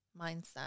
mindset